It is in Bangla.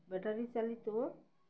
ব্যাটারি চালিত